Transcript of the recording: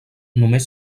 només